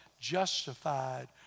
justified